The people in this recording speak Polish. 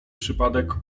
przypadek